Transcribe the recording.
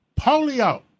Polio